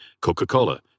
Coca-Cola